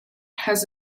has